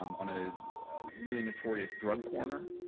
um on a really notorious drug corner.